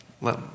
Let